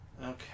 Okay